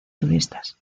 turistas